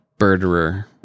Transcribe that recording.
birderer